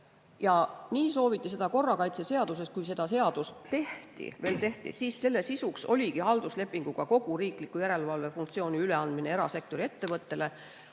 seda sooviti korrakaitseseaduses, kui seda seadust alles tehti. Siis selle sisuks oligi halduslepinguga kogu riikliku järelevalve funktsiooni üleandmine erasektori ettevõttele.